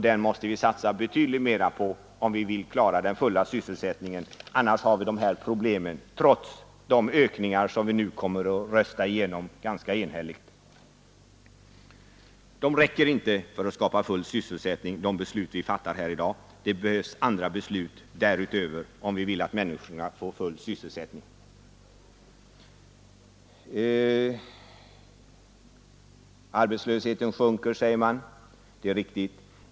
Detta måste vi satsa betydligt mera på om vi vill klara den fulla sysselsättningen; annars har vi de här problemen trots de anslagsökningar som vi nu kommer att rösta igenom ganska enhälligt. De beslut vi fattar här i dag räcker inte för att skapa full sysselsättning — det behövs andra beslut därutöver, om vi vill att människorna skall få full sysselsättning. Arbetslösheten sjunker, säger man. Det är riktigt.